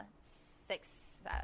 six